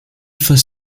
first